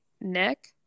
neck